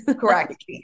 Correct